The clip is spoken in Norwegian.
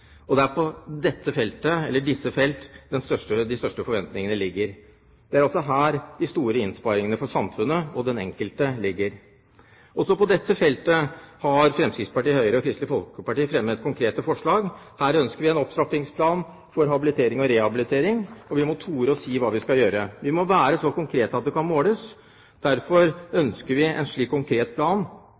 helsevesenet. Det er på disse felt de største forventningene ligger. Det er også her de store innsparingene for samfunnet og den enkelte ligger. Også på dette feltet har Fremskrittspartiet, Høyre og Kristelig Folkeparti fremmet konkrete forslag. Her ønsker vi en opptrappingsplan for habilitering og rehabilitering. Vi må tore å si hva vi skal gjøre, og vi må være så konkrete at det kan måles. Derfor ønsker vi en slik konkret plan,